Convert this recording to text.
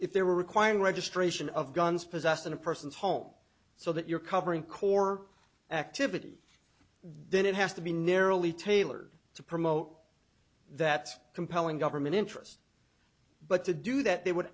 if there were requiring registration of guns possessed in a person's home so that you're covering core activity then it has to be narrowly tailored to promote that compelling government interest but to do that they would